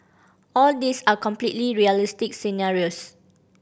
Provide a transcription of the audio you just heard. all these are completely realistic scenarios